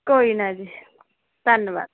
ਕੋਈ ਨਾ ਜੀ ਧੰਨਵਾਦ